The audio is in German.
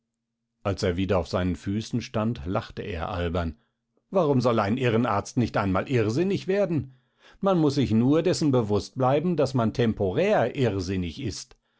als er wieder auf seinen füßen stand lachte er albern warum soll ein irrenarzt nicht einmal irrsinnig werden man muß sich nur dessen bewußt bleiben daß man temporär irrsinnig ist